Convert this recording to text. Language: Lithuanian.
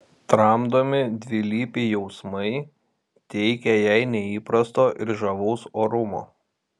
tramdomi dvilypiai jausmai teikia jai neįprasto ir žavaus orumo